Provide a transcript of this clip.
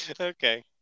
Okay